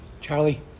Charlie